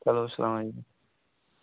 چلو اسلام علیکُم